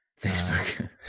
Facebook